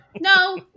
No